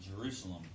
Jerusalem